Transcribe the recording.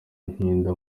ntinda